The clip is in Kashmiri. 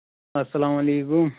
اَسلام علیکُم